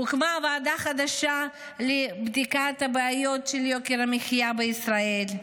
הוקמה ועדה חדשה לבדיקת הבעיות של יוקר המחיה בישראל.